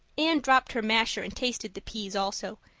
anne dropped her masher and tasted the peas also.